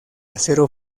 acero